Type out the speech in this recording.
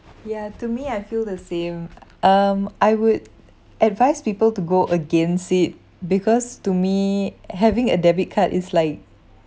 ya to me I feel the same um I would advise people to go against it because to me having a debit card is like